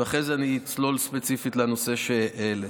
ואחרי זה אני אצלול ספציפית לנושא שהעלית.